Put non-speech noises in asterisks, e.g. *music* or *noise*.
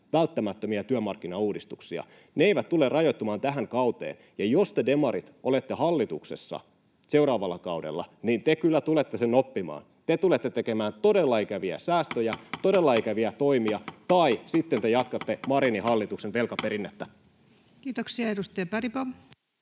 välttämättömiä työmarkkinauudistuksia. Ne eivät tule rajoittumaan tähän kauteen, ja jos te demarit olette hallituksessa seuraavalla kaudella, niin te kyllä tulette sen oppimaan. Te tulette tekemään todella ikäviä säästöjä, *noise* todella ikäviä toimia, tai sitten te jatkatte Marinin hallituksen velkaperinnettä. Kiitoksia. — Edustaja Bergbom.